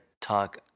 talk